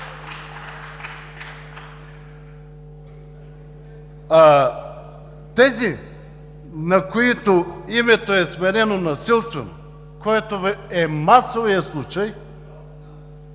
Онези, на които името е сменено насилствено, което е масовият случай